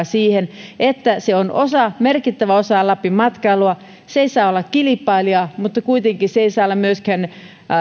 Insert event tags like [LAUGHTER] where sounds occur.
[UNINTELLIGIBLE] siihen että se on osa merkittävä osa lapin matkailua se ei saa olla kilpailija mutta kuitenkaan se ei saa olla myöskään